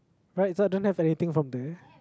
right so I don't have anything from there